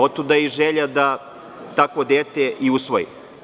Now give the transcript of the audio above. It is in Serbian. Otuda i želja da takvo dete i usvoje.